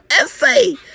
essay